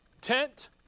tent